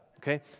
okay